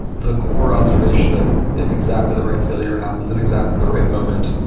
the core observation that if exactly the right failure happens at exactly the right moment,